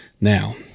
Now